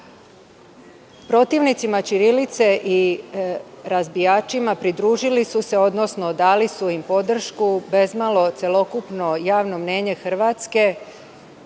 natpisima. Protivnica ćirilice i razbijačima pridružili su se odnosno dali su im podršku, bezmalo, celokupno javno mnjenje Hrvatske,